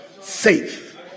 safe